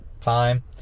time